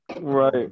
right